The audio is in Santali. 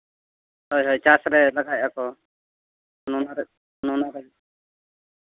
ᱦᱳᱭ ᱦᱳᱭ ᱪᱟᱥ ᱨᱮ ᱞᱟᱜᱟᱭᱮᱫᱼᱟ ᱠᱚ ᱱᱚᱣᱟᱨᱮ ᱱᱚᱣᱟᱨᱮ